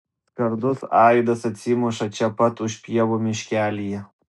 skardus aidas atsimuša čia pat už pievų miškelyje